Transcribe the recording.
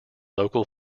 local